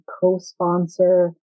co-sponsor